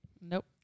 Nope